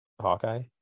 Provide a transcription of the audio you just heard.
Hawkeye